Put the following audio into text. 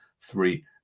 three